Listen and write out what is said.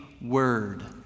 word